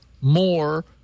more